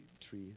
tree